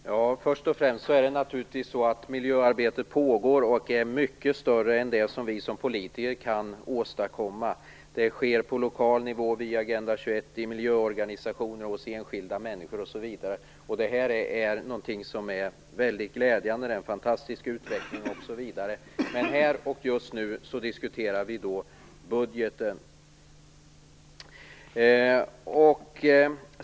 Fru talman! Först och främst är det naturligtvis så att miljöarbetet pågår och är mycket mer omfattande än vad vi som politiker kan åstadkomma. Det sker på lokal nivå via Agenda 21, miljöorganisationer, enskilda människor osv. Det är väldigt glädjande. Det är en fantastisk utveckling. Här och just nu diskuterar vi dock budgeten.